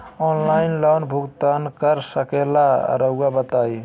Online loan भुगतान कर सकेला राउआ बताई?